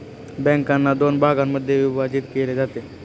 बँकांना दोन भागांमध्ये विभाजित केले जाते